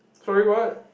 sorry what